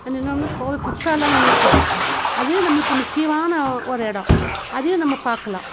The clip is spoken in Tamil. இன்னோன்னு கோவை குற்றாலோம்னு ஒன்று இருக்குது அது நம்மளுக்கு முக்கியமான ஒரு எடம் அதையும் நம்ம பார்க்குலாம்